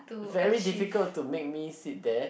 very difficult to make me sit there